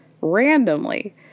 randomly